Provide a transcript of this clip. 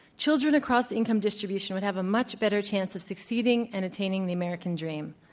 children across the income distribution would have a much better chance of succeeding and attaining the american dream.